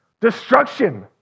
destruction